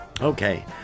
Okay